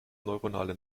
neuronale